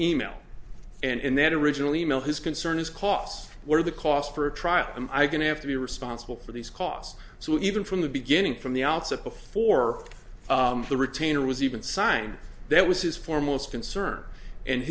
e mail and in that original e mail his concern is costs were the cost for a trial i'm going to have to be responsible for these costs so even from the beginning from the outset before the retainer was even signed that was his foremost concern and